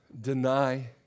deny